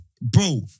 Bro